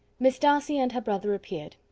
miss darcy and her brother appeared,